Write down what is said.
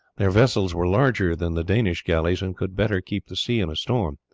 their vessels were larger than the danish galleys and could better keep the sea in a storm.